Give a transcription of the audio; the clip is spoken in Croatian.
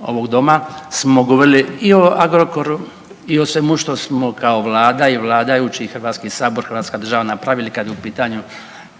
ovog doma smo govorili i o Agrokoru i o svemu što smo kao vlada i vladajući i Hrvatski sabor i hrvatska država napravili kad je u pitanju